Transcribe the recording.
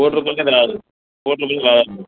కోటి రూపాయలకు అయితే రాదు కోటి